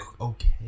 okay